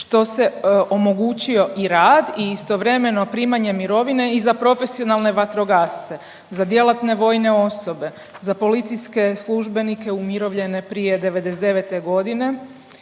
što se omogućio i rad i istovremeno primanje mirovine i za profesionalne vatrogasce, za djelatne vojne osobe, za policijske službenike umirovljene prije '99.g.